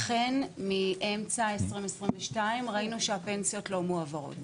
אכן, מאמצע 2022 ראינו שהפנסיות לא מועברות